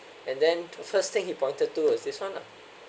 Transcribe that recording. and then the first thing he pointed to is this one lah